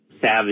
Savage